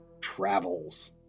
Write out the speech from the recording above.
TRAVELS